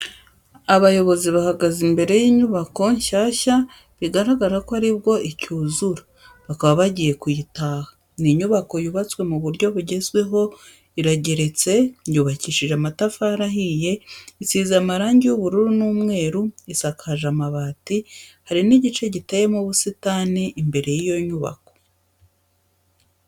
Abayobozi bahagaze imbere y'inyubako nshyashya bigaragara ko ari bwo icyuzura bakaba bagiye kuyitaha. Ni inyubako yubatswe mu buryo bugezweho, irageretse, yubakishije amatafari ahiye, isize amarangi y'ubururu n'umweru, isakaje amabati, hari n'igice giteyemo ubusitani imbere y'iyo nyubako.